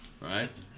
Right